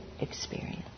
experience